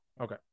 Okay